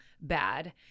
bad